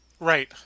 Right